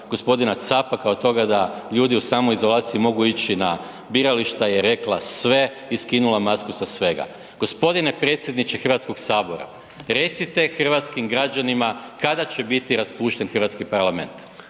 gospodina Capaka od toga da ljudi u samoizolaciji mogu ići na birališta je rekla sve i skinula masku sa svega. Gospodine predsjedniče Hrvatskog sabora recite hrvatskim građanima kada će biti raspušten hrvatski parlament.